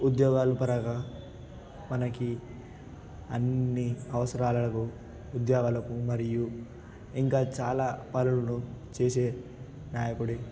ఉద్యోగాలు పరంగా మనకి అన్ని అవసరాలకు ఉద్యోగాలకు మరియు ఇంకా చాలా పనులును చేసే నాయకుడి